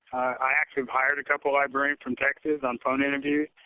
i actually have hired a couple of librarians from texas on phone interviews.